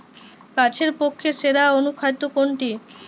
গাছের পক্ষে সেরা অনুখাদ্য কোনটি?